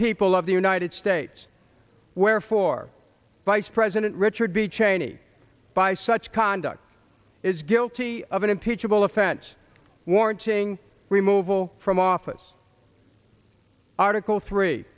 people of the united states wherefore vice president richard b cheney by such conduct is guilty of an impeachable offense warranting removal from office article t